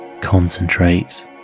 concentrate